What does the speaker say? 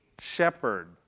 shepherd